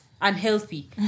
unhealthy